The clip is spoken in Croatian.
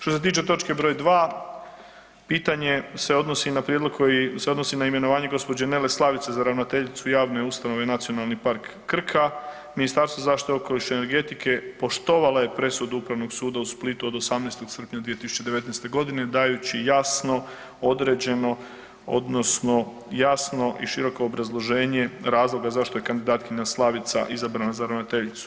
Što se tiče točke br. 2. pitanje se odnosi na prijedlog koji se odnosi na imenovanje gđe. Nele Slavice za ravnateljice javne ustanove NP Krka, Ministarstvo zaštite okoliša i energetike poštovalo je presudu Upravnog suda u Splitu od 18. srpnja 2019.g. dajući jasno određeno odnosno jasno i široko obrazloženje razloga zašto je kandidatkinja Slavica izabrana za ravnateljicu.